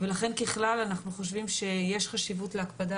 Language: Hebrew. ולכן ככלל אנחנו חושבים שיש חשיבות להקפדה